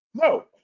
no